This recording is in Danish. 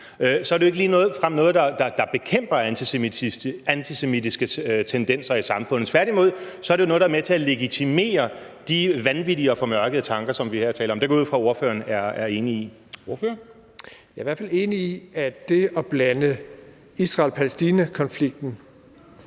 – er det jo ikke ligefrem noget, der bekæmper antisemitiske tendenser i samfundet. Tværtimod er det jo noget, der er med til at legitimere de vanvittige og formørkede tanker, som vi her taler om. Det går jeg ud fra ordføreren er enig i. Kl. 13:43 Formanden (Henrik Dam Kristensen):